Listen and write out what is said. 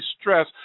stress